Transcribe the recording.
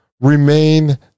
remain